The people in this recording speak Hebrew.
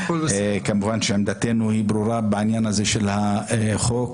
כמובן שעמדתנו היא ברורה בעניין הזה של החוק,